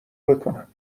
بکنم